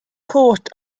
caught